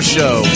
Show